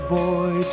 boy